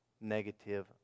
negative